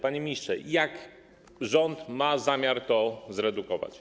Panie ministrze, jak rząd ma zamiar to zredukować?